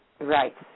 Right